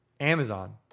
Amazon